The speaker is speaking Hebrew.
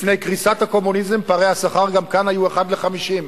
לפני קריסת הקומוניזם פערי השכר גם כאן היו 1 ל-50.